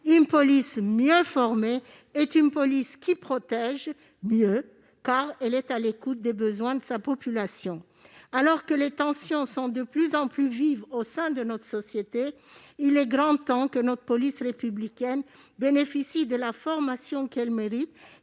une police mieux formée est une police qui protège mieux, car elle est à l'écoute des besoins de sa population. Alors que les tensions sont de plus en plus vives au sein de notre société, il est grand temps que notre police républicaine bénéficie de la formation qu'elle mérite.